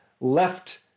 left